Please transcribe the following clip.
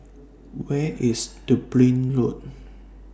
Where IS Dublin Road